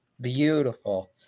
beautiful